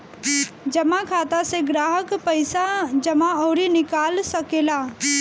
जमा खाता से ग्राहक पईसा जमा अउरी निकाल सकेला